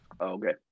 Okay